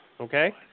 Okay